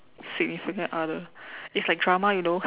significant other it's like drama you know